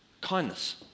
kindness